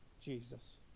Jesus